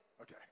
Okay